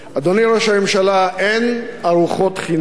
אדוני ראש הממשלה, אין ארוחות חינם.